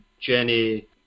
Jenny